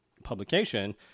publication